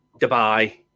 dubai